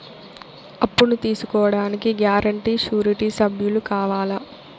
అప్పును తీసుకోడానికి guarantee, surety సభ్యులు కావాలా?